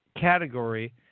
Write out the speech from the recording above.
category